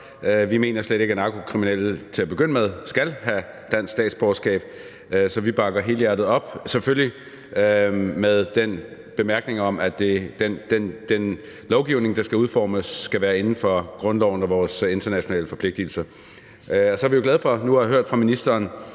Vi mener slet ikke, at narkokriminelle til at begynde med skal have dansk statsborgerskab, så vi bakker helhjertet op – selvfølgelig med den bemærkning, at den lovgivning, der skal udformes, skal være inden for grundloven og vores internationale forpligtigelser. Og så er vi jo glade for nu at have hørt fra ministeren,